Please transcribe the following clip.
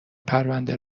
پرونده